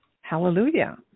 Hallelujah